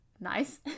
nice